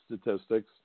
statistics